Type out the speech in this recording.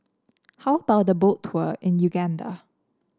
how about a Boat Tour in Uganda